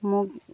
মোক